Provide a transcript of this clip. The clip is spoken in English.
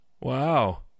Wow